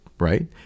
Right